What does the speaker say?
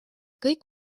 kõik